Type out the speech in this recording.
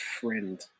friend